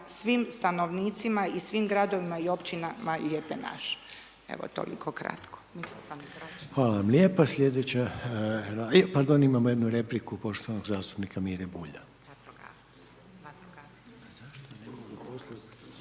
svim stanovnicima i svim građanima i općinama lijepe naše. Evo, toliko kratko. **Reiner, Željko (HDZ)** Hvala vam lijepa, slijedeća, pardon imamo jednu repliku poštovanog zastupnika Mire Bulja.